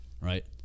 right